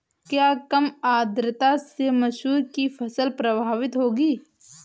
क्या कम आर्द्रता से मसूर की फसल प्रभावित होगी?